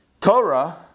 Torah